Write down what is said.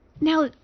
Now